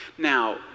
Now